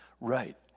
Right